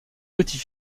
petit